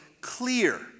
clear